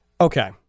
Okay